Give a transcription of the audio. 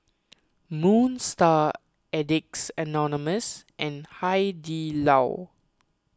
Moon Star Addicts Anonymous and Hai Di Lao